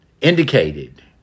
indicated